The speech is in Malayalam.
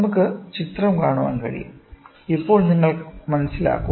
നമുക്ക് ചിത്രം കാണാൻ കഴിയും അപ്പോൾ നിങ്ങൾ മനസ്സിലാക്കും